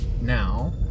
now